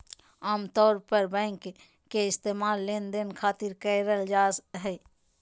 आमतौर पर बैंक के इस्तेमाल लेनदेन खातिर करल जा हय